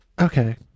okay